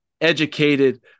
educated